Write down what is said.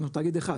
יש לנו תאגיד אחד